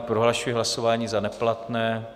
Prohlašuji hlasování za neplatné.